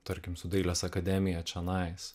tarkim su dailės akademija čionais